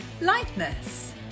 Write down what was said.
lightness